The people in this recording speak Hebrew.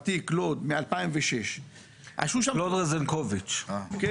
קלוד, מ-2006 --- קלוד רוזנקוביץ' זכרו לברכה.